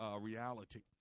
reality